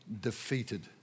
defeated